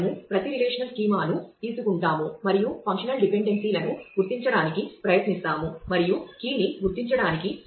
తదుపరి పని స్కీమా ని గుర్తించడానికి దాన్ని ఉపయోగిస్తాము